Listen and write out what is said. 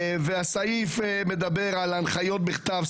הסעיף מדבר על הנחיות בכתב,